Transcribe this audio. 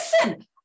listen